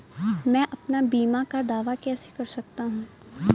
मैं अपने बीमा का दावा कैसे कर सकता हूँ?